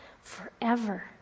forever